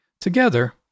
Together